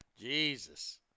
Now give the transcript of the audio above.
Jesus